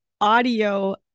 audio